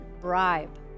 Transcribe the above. bribe